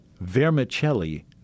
Vermicelli